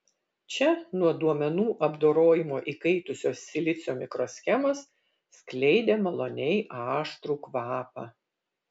čia nuo duomenų apdorojimo įkaitusios silicio mikroschemos skleidė maloniai aštrų kvapą